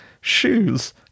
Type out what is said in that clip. shoes